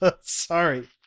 Sorry